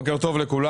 בוקר טוב לכולם.